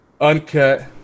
uncut